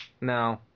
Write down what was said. No